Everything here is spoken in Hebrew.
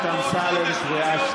אין בעיה.